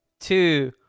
two